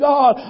God